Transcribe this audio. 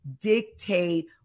dictate